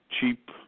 cheap